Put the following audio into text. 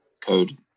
code